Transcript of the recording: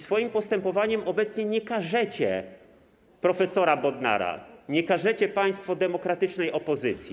Swoim postępowaniem obecnie nie karzecie prof. Bodnara, nie karzecie państwo demokratycznej opozycji.